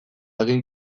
egin